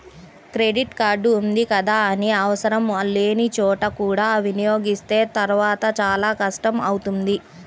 credit card ఉంది కదా అని ఆవసరం లేని చోట కూడా వినియోగిస్తే తర్వాత చాలా కష్టం అవుతుంది